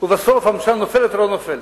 ובסוף הממשלה נופלת או לא נופלת.